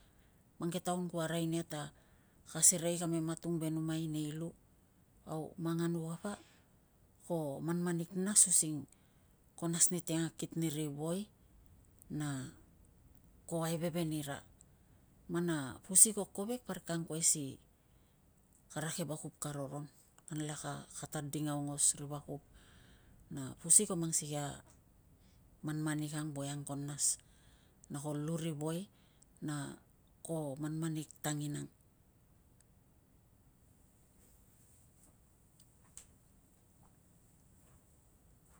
Mang ke taun kua arai nia ta ka serei kame matung ve numan nei lu. Au mang anu kapa ko manmanik nas using ko nas ni teng akit niri voi, na ko aiveven ira. Man a pusi ko kovek, parik ka angkuai si kara ke vakup ka roron, nganlak a ka tading aungos ri vakup na pusi ko mang sikei a manmanik ang voiang ko nas na ko lu ri voi na ko manmanik tanginang